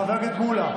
חבר הכנסת מולא.